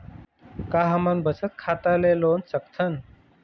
का हमन बचत खाता ले लोन सकथन?